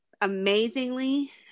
amazingly